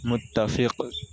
متفق